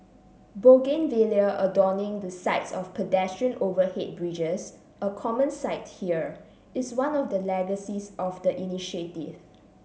bougainvillea adorning the sides of pedestrian overhead bridges a common sight here is one of the legacies of the initiative